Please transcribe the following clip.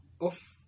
off